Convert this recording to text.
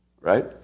Right